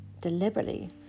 deliberately